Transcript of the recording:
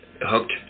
hooked